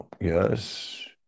Yes